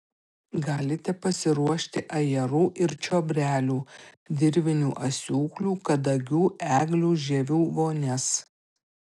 galite pasiruošti ajerų ir čiobrelių dirvinių asiūklių kadagių eglių žievių vonias